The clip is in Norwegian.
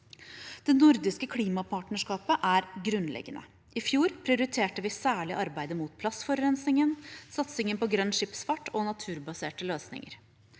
Det nordiske klimapartnerskapet er grunnleggende. I fjor prioriterte vi særlig arbeidet mot plastforurensning, satsningen på grønn skipsfart og naturbaserte løsninger.